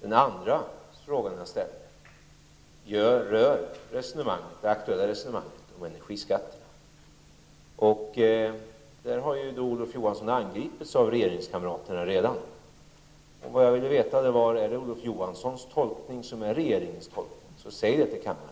Den andra fråga jag ställde berör det aktuella resonemanget om energiskatterna. I det fallet har Olof Johansson redan angripits av regeringskamraterna. Vad jag vill veta är om Olof Johanssons tolkning är regeringens tolkning. I så fall, säg det till kammaren!